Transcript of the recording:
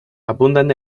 abundan